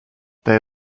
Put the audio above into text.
they